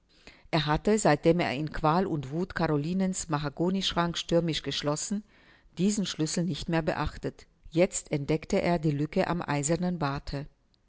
er hatte seitdem er in qual und wuth carolinens mahagonischrank stürmisch geschlossen diesen schlüssel nicht mehr beachtet jetzt entdeckte er die lücke am eisernen barte